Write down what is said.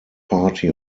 party